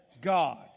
God